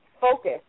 Focus